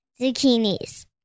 zucchinis